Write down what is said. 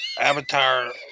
Avatar